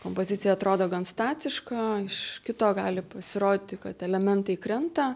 kompozicija atrodo gan statiška iš kito gali pasirodyti kad elementai krenta